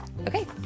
Okay